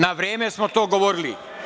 Na vreme smo to govorili.